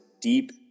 deep